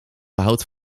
behoud